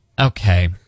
Okay